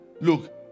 Look